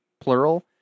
plural